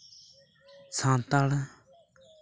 Santal